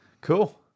Cool